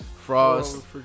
Frost